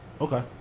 Okay